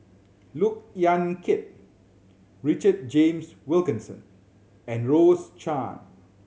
Look Yan Kit Richard James Wilkinson and Rose Chan